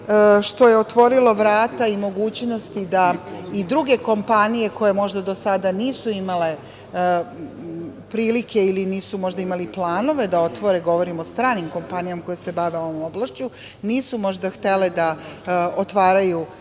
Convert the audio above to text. što je otvorilo vrata i mogućnosti da i druge kompanije koje možda do sada nisu imale prilike ili nisu možda imali planove da otvore, govorim o stranim kompanijama koje se bave ovom oblašću, nisu možda htele da otvaraju svoje